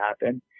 happen